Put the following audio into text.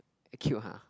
act cute !huh!